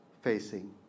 facing